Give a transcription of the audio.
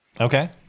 Okay